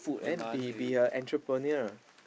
then be be a entrepreneur